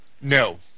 No